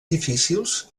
difícils